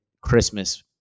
Christmas